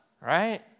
right